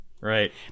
Right